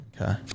Okay